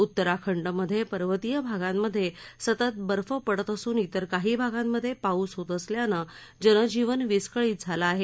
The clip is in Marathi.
उत्तराखंडमध्ये पर्वतीय भागांमध्ये सतत बर्फ पडत असून इतर काही भागांमध्ये पाऊस होत असल्यानं जनजीवन विस्कळीत झालं आहे